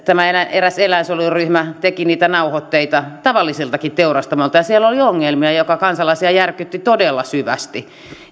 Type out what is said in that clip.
eräs eläinsuojeluryhmä teki niitä nauhoitteita tavallisiltakin teurastamoilta ja siellä oli ongelmia jotka kansalaisia järkyttivät todella syvästi